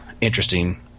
interesting